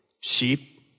sheep